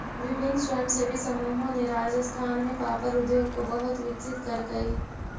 विभिन्न स्वयंसेवी समूहों ने राजस्थान में पापड़ उद्योग को बहुत विकसित करकई